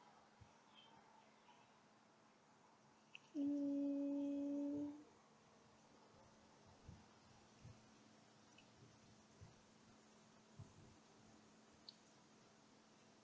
mm